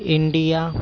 India